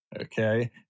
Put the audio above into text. okay